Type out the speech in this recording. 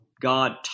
God